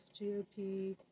GOP